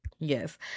Yes